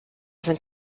sind